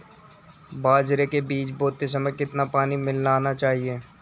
बाजरे के बीज बोते समय कितना पानी मिलाना चाहिए?